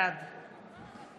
בעד